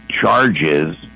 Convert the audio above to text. charges